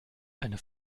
eine